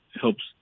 helps